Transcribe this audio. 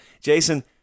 Jason